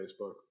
Facebook